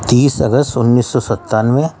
تیس اگست انیس سو ستانوے